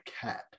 cat